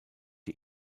die